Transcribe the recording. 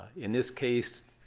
in this case,